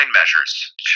measures